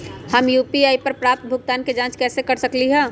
हम यू.पी.आई पर प्राप्त भुगतान के जाँच कैसे कर सकली ह?